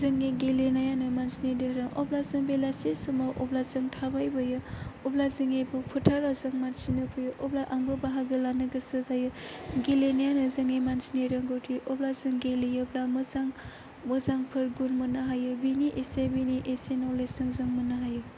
जोंनि गेलेनायानो मानसिनि धोरोम अब्ला जों बेलासि समाव अब्ला जों थाबायबोयो अब्ला जोंनिबो फोथाराव जों मानसि नुफैयो अब्ला आंबो बाहागो लानो गोसो जायो गेलेनायानो जोंनि मानसिनि रोंगौथि अब्ला जों गेलेयोब्ला मोजां मोजांफोर गुन मोननो हायो बिनि एसे बिनि एसे न'लेजजों जों मोननो हायो